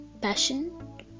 passion